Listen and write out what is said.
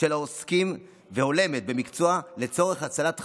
והולמת של העוסקים במקצוע לצורך הצלת חיים,